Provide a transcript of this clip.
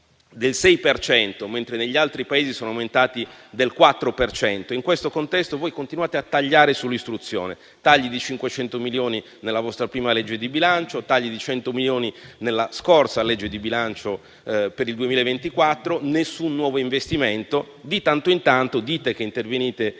cento (mentre negli altri Paesi gli stipendi sono aumentati del 4 per cento). In questo contesto voi continuate a tagliare sull'istruzione: tagli di 500 milioni nella vostra prima legge di bilancio, tagli di 100 milioni nella scorsa legge di bilancio per il 2024 e nessun nuovo investimento. Di tanto in tanto dite che intervenite